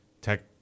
tech